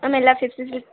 ma'am எல்லா